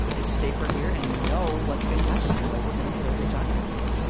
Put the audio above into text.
it's safer here, and you know what's going to happen, you know we're going to still reach audiences.